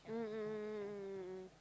mm mm mm mm mm